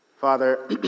Father